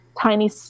tiny